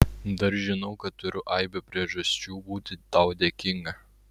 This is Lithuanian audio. dar žinau kad turiu aibę priežasčių būti tau dėkinga